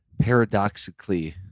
paradoxically